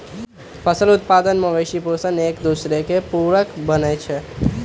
फसल उत्पादन, मवेशि पोशण, एकदोसर के पुरक बनै छइ